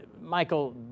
Michael